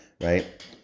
right